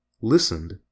listened